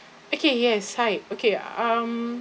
okay yes hi okay um